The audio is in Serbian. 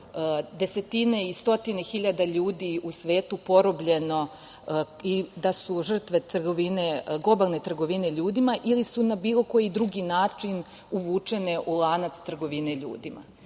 desetine i stotine hiljada ljudi u svetu porobljeno i da su žrtve globalne trgovine ljudima ili su na bilo koji drugi način uvučene u lanac trgovine ljudima. Zbog